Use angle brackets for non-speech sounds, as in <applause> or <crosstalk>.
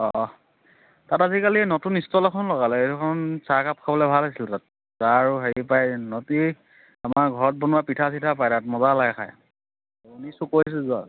অঁ তাত আজিকালি নতুন ষ্টল এখন লগালে সেইখন চাহ একাপ খাবলৈ ভাল হৈছিলে তাত চাহ আৰু হেৰি পায় <unintelligible> আমাৰ ঘৰত বনোৱা পিঠা চিঠা পায় তাত মজা লাগে খাই <unintelligible>